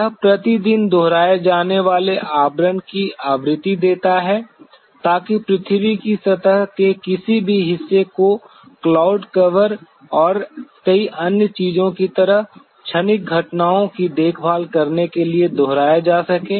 यह प्रति दिन दोहराए जाने वाले आवरण की आवृत्ति देता है ताकि पृथ्वी की सतह के किसी भी हिस्से को क्लाउड कवर और कई अन्य चीजों की तरह क्षणिक घटनाओं की देखभाल करने के लिए दोहराए जा सकें